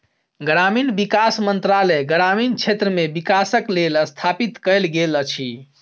ग्रामीण विकास मंत्रालय ग्रामीण क्षेत्र मे विकासक लेल स्थापित कयल गेल अछि